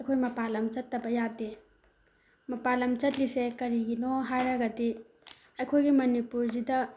ꯑꯩꯈꯣꯏ ꯃꯄꯥꯜ ꯂꯝ ꯆꯠꯇꯕ ꯌꯥꯗꯦ ꯃꯄꯥꯜ ꯂꯝ ꯆꯠꯂꯤꯁꯦ ꯀꯔꯤꯒꯤꯅꯣ ꯍꯥꯏꯔꯒꯗꯤ ꯑꯩꯈꯣꯏꯒꯤ ꯃꯅꯤꯄꯨꯔꯁꯤꯗ